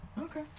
Okay